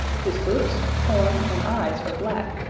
his hoofs, horns and eyes are black,